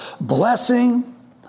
Blessing